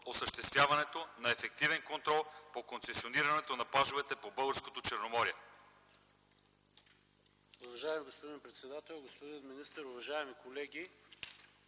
осъществяването на ефективен контрол по концесионирането на плажовете по българското Черноморие.